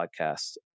podcast